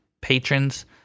patrons